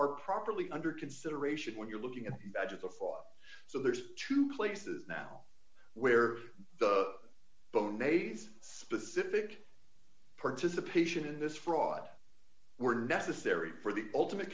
are properly under consideration when you're looking at the edge of the floor so there's two places now where the bone maze specific participation in this fraud were necessary for the ultimate